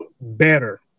better